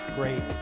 great